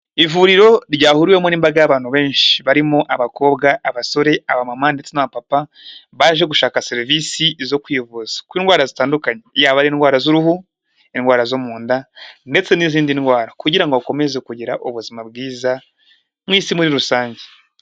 ivuriro ryahuriwemo n'imbaga y'abantu benshi, barimo abakobwa, abasore, abamama ndetse na papa, baje gushaka serivisi zo kwivuza indwara zitandukanye, yaba indwara z'uruhu, indwara zo mu nda ndetse n'izindi ndwara kugira ngo bakomeze kugira ubuzima, n'isi muri rusange.